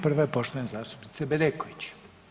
Prva je poštovane zastupnice Bedeković.